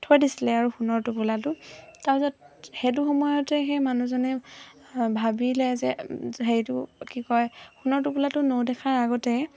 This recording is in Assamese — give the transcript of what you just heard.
থৈ দিছিলে আৰু সোণৰ টোপোলাটো তাৰপিছত সেইটো সময়তে সেই মানুহজনে ভাবিলে যে হেৰিটো কি কয় সোণৰ টোপোলাটো নৌদেখাৰ আগতে